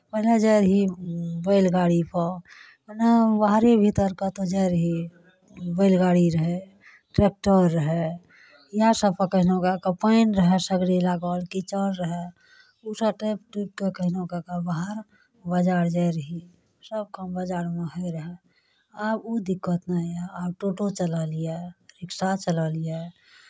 पहिले जाइ रहियै बैलगाड़ीपर कखनहु बाहरे भीतर कतहु जाइ रहियै बैलगाड़ी रहै ट्रैक्टर रहै इएह सभ पकड़लहुँ पानि रहै सगरे लागल कीचड़ रहै ओसभ टपि टुपि कऽ कहुनो कऽ के बाहर बजार जाइ रहियै सभ काम बजारमे होइ रहै आब ओ दिक्कत नहि होइए आब टोटो चलल यए रिक्शा चलल यए